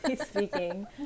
speaking